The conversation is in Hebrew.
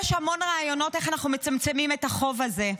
יש המון רעיונות איך אנחנו מצמצמים את החוב הזה: